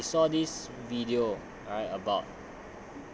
err he saw this video I about right about